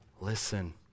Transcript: Listen